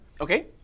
Okay